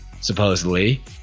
supposedly